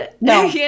No